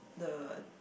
the